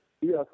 Yes